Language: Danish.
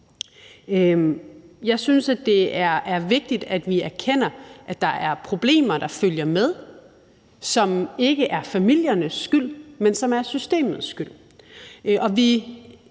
Jeg synes, det er vigtigt, at vi erkender, at der følger problemer med, som ikke er familiernes skyld, men som er systemets skyld.